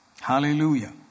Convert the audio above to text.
Hallelujah